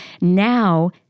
now